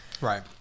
Right